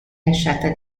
lasciata